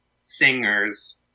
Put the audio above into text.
singers